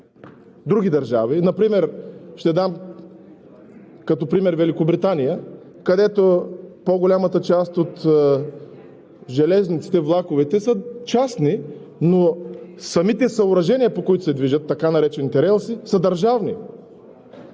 други държави. Ще дам като пример Великобритания, където по-голямата част от железниците – влаковете, са частни, но самите съоръжения, по които се движат, така наречените релси, са държавни.